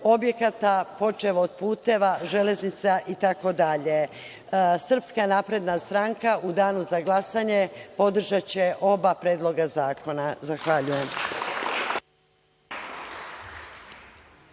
objekata, počev od puteva, železnica itd. Srpska napredna stranka u danu za glasanje podržaće oba predloga zakona. Zahvaljujem.